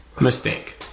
Mistake